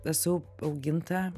esu auginta